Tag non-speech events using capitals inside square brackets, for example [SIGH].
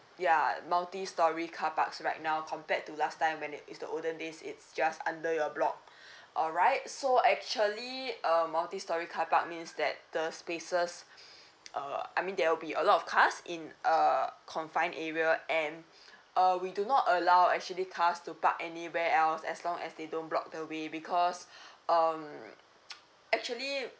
ya multi storey car parks right now compared to last time when there is the olden days it's just under your block alright so actually um multi storey car park means that the spaces uh I mean there will be a lot of cars in a confined area and uh we do not allow actually cars to park anywhere else as long as they don't block the way because um [NOISE] actually